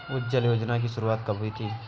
उज्ज्वला योजना की शुरुआत कब हुई थी?